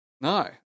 No